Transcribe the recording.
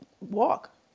walk